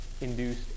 induced